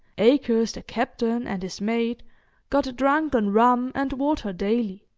akers, the captain, and his mate got drunk on rum and water daily.